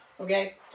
Okay